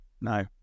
No